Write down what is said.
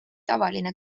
tavaline